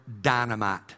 dynamite